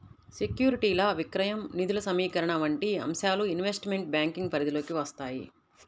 సెక్యూరిటీల విక్రయం, నిధుల సమీకరణ వంటి అంశాలు ఇన్వెస్ట్మెంట్ బ్యాంకింగ్ పరిధిలోకి వత్తాయి